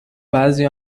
بعضی